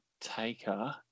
Taker